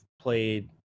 played –